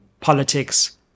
politics